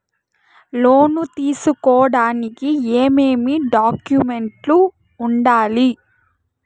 లోను తీసుకోడానికి ఏమేమి డాక్యుమెంట్లు ఉండాలి